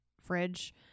fridge